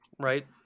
right